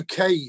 UK